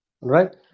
right